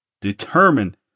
determined